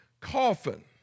coffin